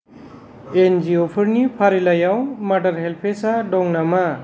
N जि अ फोरनि फारिलाइयाव मादार हेल्पेज आ दं नामा